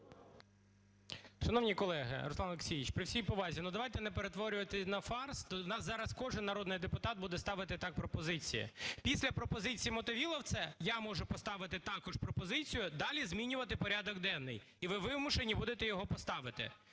Шановні колеги! Руслан Олексійович, при всій повазі, давайте не перетворювати на фарс, у нас зараз кожен народний депутат буде ставити так пропозиції. Після пропозиції Мотовиловця, я можу поставити також пропозицію далі змінювати порядок денний, і ви вимушені будете його поставити.